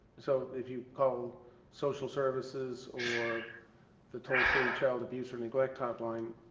so if you call social services or the toll-free child abuse or neglect hotline,